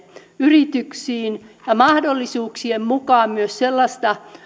yrityksiin ja mahdollisuuksien mukaan myös sellaista